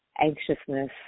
anxiousness